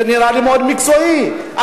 זה נראה לי מקצועי מאוד.